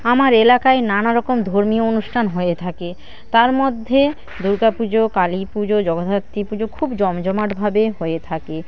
আমার এলাকায় নানা রকম ধর্মীয় অনুষ্ঠান হয়ে থাকে তার মধ্যে দুর্গাপুজো কালীপুজো জগদ্ধাত্রীপুজো খুব জমজমাটভাবে হয়ে থাকে